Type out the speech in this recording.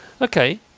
Okay